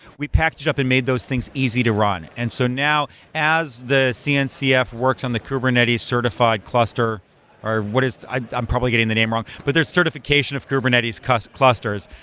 we patched it up and made those things easy to run, and so now as the cncf works on the kubernetes certified cluster or what is i'm probably getting the name wrong, but there are certification of kubernetes clusters.